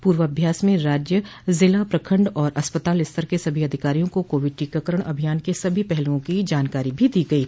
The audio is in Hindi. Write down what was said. पूर्वाभ्यास में राज्य जिला प्रखंड और अस्पताल स्तर के सभी अधिकारियों को कोविड टीकाकरण अभियान के सभी पहलुओं की जानकारी भी दी गयी